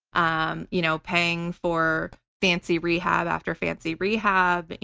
um you know paying for fancy rehab after fancy rehab.